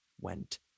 went